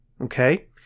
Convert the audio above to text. okay